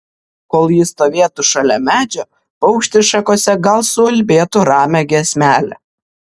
kol ji stovėtų šalia medžio paukštis šakose gal suulbėtų ramią giesmelę